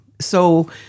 So-